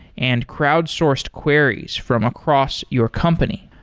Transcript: and crowd-sourced queries from across your company.